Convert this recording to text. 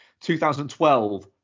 2012